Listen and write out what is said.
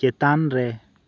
ᱪᱮᱛᱟᱱ ᱨᱮ